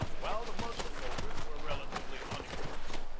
while the muzzle-loaders were relatively unimportant,